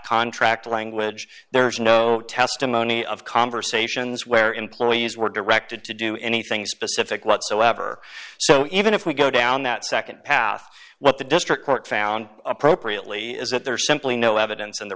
contract language there's no testimony of conversations where employees were directed to do anything specific whatsoever so even if we go down that nd path what the district court found appropriately is that there's simply no evidence in the